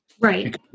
Right